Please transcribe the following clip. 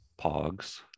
pogs